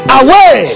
away